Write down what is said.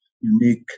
unique